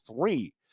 three